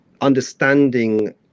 understanding